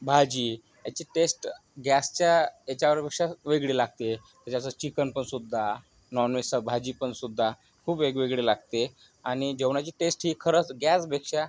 भाजी याची टेस्ट गॅसच्या याच्यावर पेक्षा वेगळी लागते जसं चिकन पण सुद्धा नॉनव्हेजचं भाजी पण सुद्धा खूप वेगवेगळी लागते आणि जेवणाची टेस्ट ही खरंच गॅसपेक्षा